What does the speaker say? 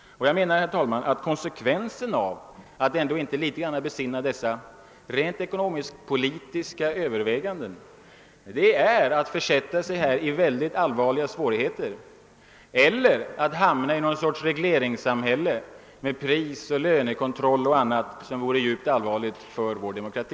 Och jag menar, herr talman, att konsekvensen av att ändå inte litet grand besinna dessa rent ekonomiskpolitiska överväganden är att försätta sig i mycket allvarliga svårigheter eller att hamna i någon sorts regleringssamhälle med prisoch lönekontroll och annat som vore djupt allvarligt för vår demokrati.